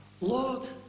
Lord